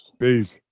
Please